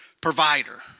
provider